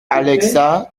alexa